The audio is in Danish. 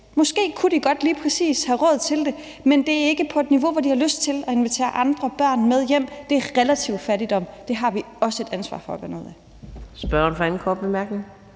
Måske kunne der godt lige præcis være råd til det, men det er ikke på et niveau, hvor de har lyst til at invitere andre børn med hjem. Det er relativ fattigdom. Det har vi også et ansvar for at gøre noget ved.